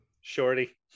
Shorty